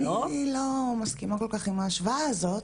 אני לא מסכימה כל כך עם ההשוואה הזאת.